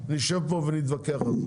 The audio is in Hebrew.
נשב פה ונתווכח על זה.